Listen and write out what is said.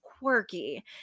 Quirky